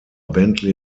bentley